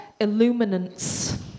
Illuminance